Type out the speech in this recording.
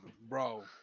bro